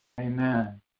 Amen